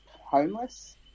homeless